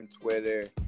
Twitter